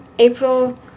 April